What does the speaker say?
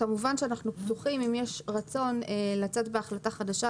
כמובן שאנחנו פתוחים ואם יש רצון לצאת בהחלטה חדשה,